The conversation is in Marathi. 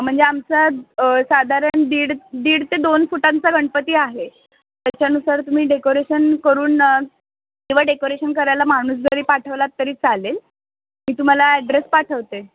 म्हणजे आमचा साधारण दीड दीड ते दोन फुटांचा गणपती आहे त्याच्यानुसार तुम्ही डेकोरेशन करून किंवा डेकोरेशन करायला माणूस जरी पाठवलात तरी चालेल मी तुम्हाला ॲड्रेस पाठवते